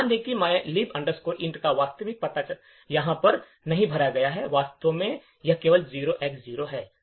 ध्यान दें कि mylib int का वास्तविक पता यहाँ पर नहीं भरा गया है वास्तव में यह केवल 0X0 है